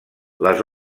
les